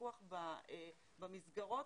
פיקוח במסגרות